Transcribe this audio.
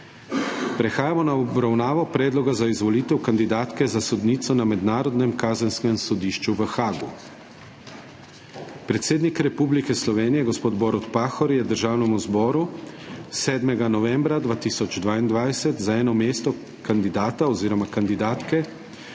Prehajamo na obravnavo **Predloga za izvolitev kandidatke za sodnico na Mednarodnem kazenskem sodišču v Haagu**. Predsednik Republike Slovenije gospod Borut Pahor je Državnemu zboru 7. novembra 2022 za eno mesto kandidata za sodnika oziroma kandidatke